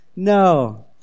No